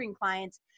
clients